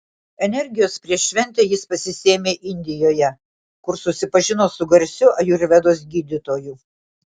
energijos prieš šventę jis pasisėmė indijoje kur susipažino su garsiu ajurvedos gydytoju